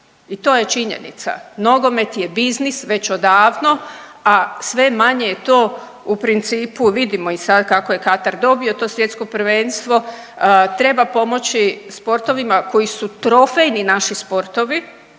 i to je činjenica. Nogomet je biznis već odavno, a sve manje je to u principu vidimo i sad kako je Katar dobio to svjetsko prvenstvo. Treba pomoći sportovima koji su trofejni naši sportovi,